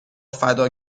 فدا